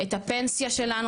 את הפנסיה שלנו,